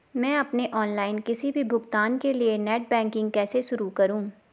मैं अपने ऑनलाइन किसी भी भुगतान के लिए नेट बैंकिंग कैसे शुरु करूँ?